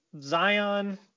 Zion